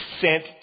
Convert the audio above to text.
sent